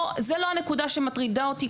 זו לא הנקודה שמטרידה אותי,